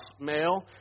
male